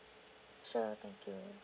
sure thank you